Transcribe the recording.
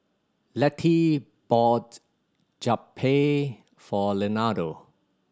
Lettie bought Japchae for Leonardo